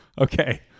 Okay